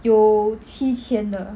有七千的